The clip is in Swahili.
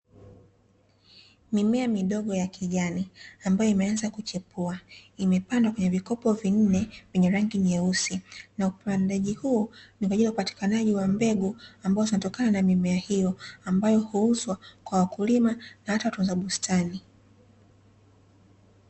Mimea midogo ya kijani ambayo imeanza kuchipua, imepandwa kwenye vikopo vinne vyenye rangi nyeusi, na upandaji huu ni kwaajili ya upatikanaji wa mbegu ambazo zinatokana na mimea hiyo ambayo, huuzwa kwa wakulima na hata watunza bustani.